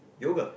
yoga